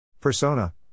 Persona